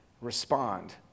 respond